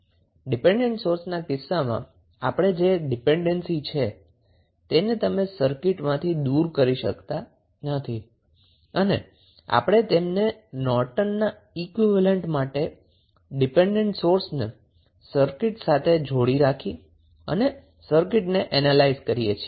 dependent સોર્સના કિસ્સામાં આપણી પાસે જે ડિપેન્ડન્સી છે તેને તમે સર્કિટમાંથી દૂર કરી શકતા નથી અને આપણે નોર્ટનના ઈક્વીવેલેન્ટ માટે ડિપેન્ડન્ટ સોર્સને સર્કીટ સાથે જોડી રાખી અને સર્કિટને એનેલાઈઝ કરીએ છીએ